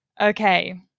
Okay